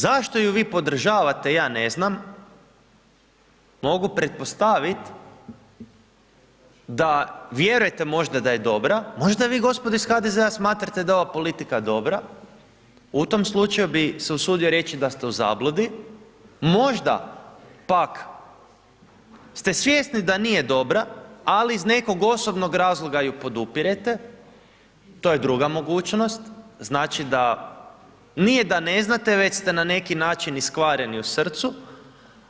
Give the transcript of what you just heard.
Zašto ju vi podržavate, ja ne znam, mogu pretpostavit da vjerujete možda da je dobra, možda vi gospodo iz HDZ-a smatrate da je ova politika dobra, u tom slučaju bi se usudio reći da ste u zabludi, možda pak ste svjesni da nije dobra, ali iz nekog osobnog razloga ju podupirete, to je druga mogućnost, znači da, nije da ne znate, već ste na neki način iskvareni u srcu,